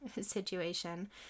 situation